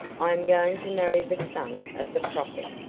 i am going to marry the son of the prophet,